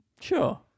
Sure